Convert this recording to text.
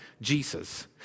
jesus